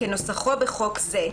כנוסחו בחוק זה,